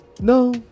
no